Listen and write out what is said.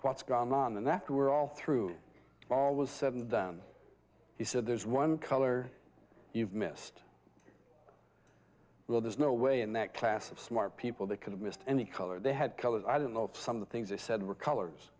what's gone on and that we're all through it all was said and he said there's one color you've missed well there's no way in that class of smart people that could have missed any color they had colors i didn't know if some of the things they said were colors